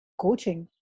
coaching